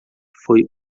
foi